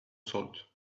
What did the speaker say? salt